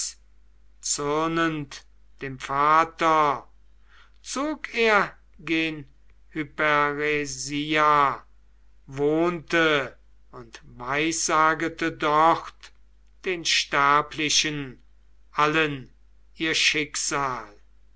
zürnend dem vater zog er gen hyperesia wohnte und weissagete dort den sterblichen allen ihr schicksal